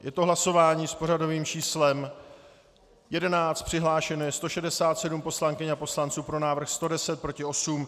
Je to hlasování s pořadovým číslem 11, přihlášeno je 167 poslankyň a poslanců, pro návrh 110, proti 8.